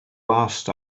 last